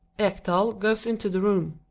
ekdal goes into the room.